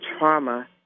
trauma